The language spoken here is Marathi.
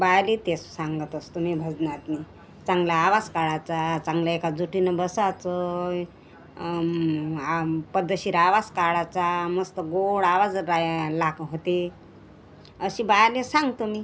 बायालेही तेच सांगत असतो मी भजनातनं चांगला आवाज काढायचा चांगलं एकजुटीनं बसायचं पद्धतशीर आवाज काढायचा मस्त गोड आवाज राय लागते असे बायाले सांगतो मी